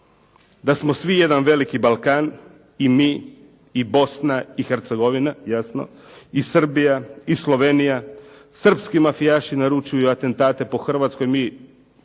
da smo svi jedan veliki Balkan, i mi i Bosna i Hercegovina, jasno, i Srbija i Slovenija, srpski mafijaši naručuju atentate po Hrvatskoj, ili